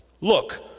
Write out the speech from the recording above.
look